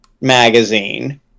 magazine